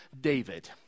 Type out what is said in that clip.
david